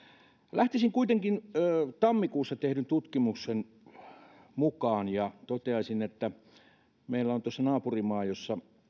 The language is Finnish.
lähtisin kuitenkin tammikuussa tehdyn tutkimuksen mukaan ja toteaisin että meillä on tuossa naapurimaa ruotsi jossa